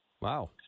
Wow